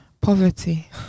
Poverty